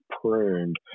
pruned